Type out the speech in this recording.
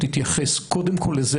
שתתייחס קודם כל לזה,